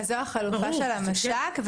זו החלופה של המש"ק,